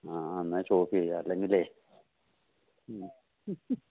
ആ ആ എന്നാല് സ്റ്റോപ്പെയ്യാം അല്ലെങ്കിലേ മ്മ്